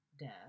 death